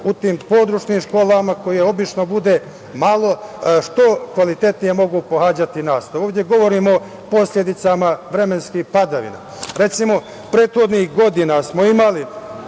u tim područnim školama, kojih obično bude malo, da što kvalitetnije mogu pohađati nastavu. Ovde govorimo o posledicama vremenskih padavina. Recimo, prethodnih godina smo imali